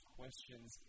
questions